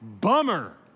Bummer